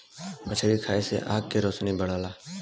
मछरी खाये से आँख के रोशनी बढ़ला